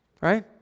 Right